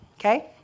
Okay